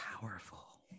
powerful